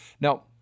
Now